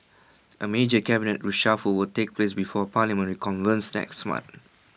A major cabinet reshuffle will take place before parliament reconvenes next month